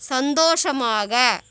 சந்தோஷமாக